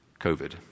COVID